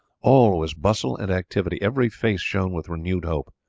all was bustle and activity, every face shone with renewed hope.